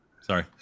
Sorry